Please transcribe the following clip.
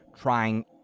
trying